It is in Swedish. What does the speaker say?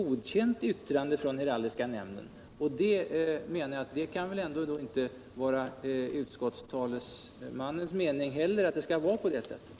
Om patent och repistreringsverket inte har vägrat att Onsdagen den registrera, har ju kommunen haft möjlighet till registrering av sitt vapen, och 3 maj 1978 då behöver man alltså inte fästa sig vid vad nämnden har sagt.